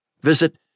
visit